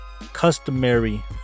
customary